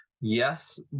yes